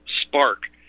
spark